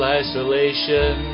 isolation